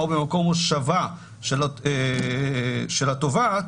"במקום מושבו של הנתבע או במקום מושבה של התובעת